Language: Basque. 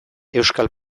euskal